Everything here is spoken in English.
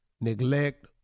Neglect